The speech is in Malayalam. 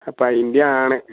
അപ്പം അതിൻ്റെയാണ്